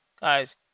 Guys